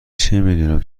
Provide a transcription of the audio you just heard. چمیدونم